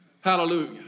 Hallelujah